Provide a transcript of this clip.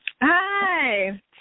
Hi